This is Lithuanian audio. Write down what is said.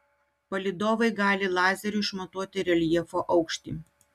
palydovai gali lazeriu išmatuoti reljefo aukštį